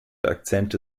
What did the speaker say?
akzente